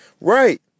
right